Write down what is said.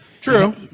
True